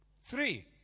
Three